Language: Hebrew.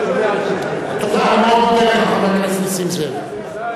אדוני היושב-ראש.